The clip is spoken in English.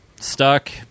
stuck